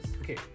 Okay